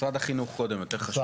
משרד החינוך.